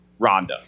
Rhonda